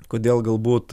kodėl galbūt